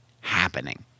happening